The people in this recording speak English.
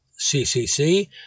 CCC